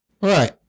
Right